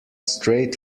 straight